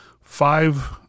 Five